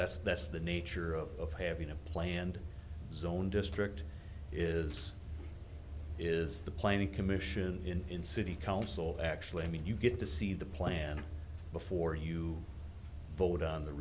that's that's the nature of having a planned zone district is is the planning commission in city council actually i mean you get to see the plan before you vote on the